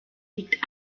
liegt